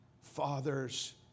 fathers